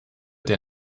der